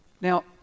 Now